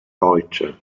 deutsche